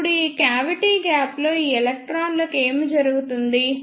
ఇప్పుడు ఈ క్యావిటి గ్యాప్లో ఈ ఎలక్ట్రాన్లకు ఏమి జరుగుతుంది